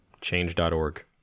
Change.org